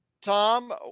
Tom